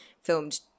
filmed